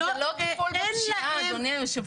אבל זה לא טיפול בפשיעה, אדוני היושב-ראש.